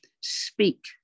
speak